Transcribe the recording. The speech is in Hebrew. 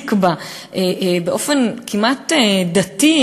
להחזיק בה באופן כמעט דתי,